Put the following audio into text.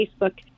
Facebook